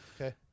Okay